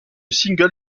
single